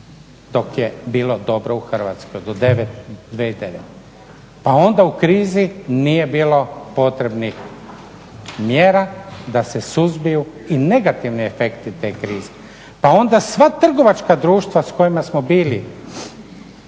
dok je bilo dobro u Hrvatskoj, do 2009. Pa onda u krizi nije bilo potrebnih mjera da se suzbiju i negativni efekti te krize. Pa onda sva trgovačka društva s kojima smo bili